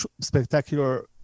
spectacular